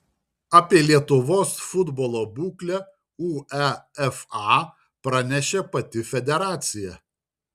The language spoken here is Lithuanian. apie lietuvos futbolo būklę uefa pranešė pati federacija